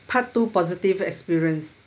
part two positive experience